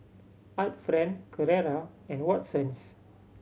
Art Friend Carrera and Watsons